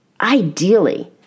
ideally